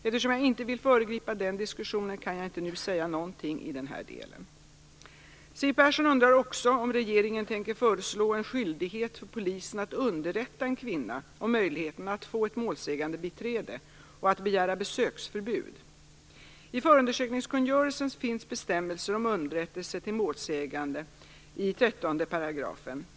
Eftersom jag inte vill föregripa den diskussionen, kan jag inte nu säga någonting i den delen. Siw Persson undrar också om regeringen tänker föreslå en skyldighet för polisen att underrätta en kvinna om möjligheten att få ett målsägandebiträde och begära besöksförbud. I förundersökningskungörelsen finns bestämmelser om underrättelse till målsägande i 13 a-c §§.